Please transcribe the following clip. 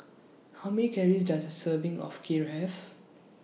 How Many Calories Does A Serving of Kheer Have